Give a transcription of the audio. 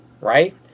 right